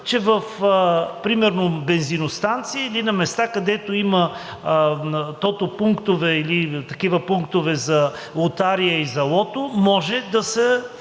че примерно в бензиностанции или на места, където има тото пунктове или такива пунктове за лотария и за лото, може без